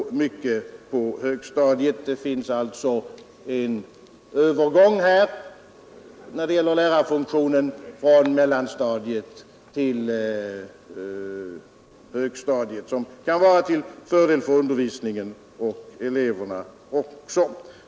Det finns alltså en övergång här när det gäller lärarfunktionen från mellanstadiet till högstadiet, som kan vara till fördel för undervisningen och eleverna.